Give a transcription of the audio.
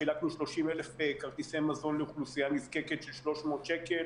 חילקנו 30,000 כרטיסי מזון לאוכלוסייה נזקקת של 300 שקל.